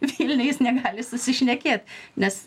vilniuj jis negali susišnekėt nes